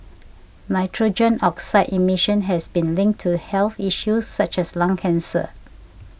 nitrogen oxide emission has been linked to health issues such as lung cancer